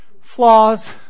flaws